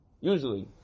usually